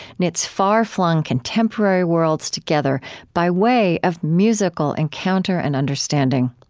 knits far-flung contemporary worlds together by way of musical encounter and understanding.